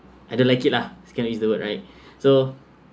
I don't like it lah can I use the word right so